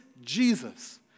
Jesus